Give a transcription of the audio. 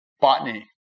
botany